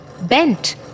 bent